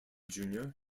junior